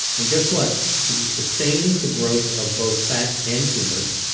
and guess what? to sustain the growth of both fat and tumors,